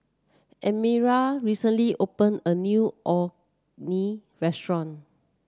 Elmira recently opened a new Orh Nee Restaurant